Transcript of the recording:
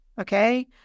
Okay